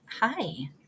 hi